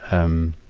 um,